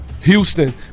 Houston